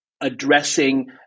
addressing